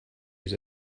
his